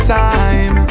time